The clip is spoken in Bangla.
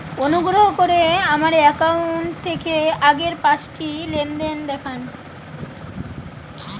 অনুগ্রহ করে আমার অ্যাকাউন্ট থেকে আগের পাঁচটি লেনদেন দেখান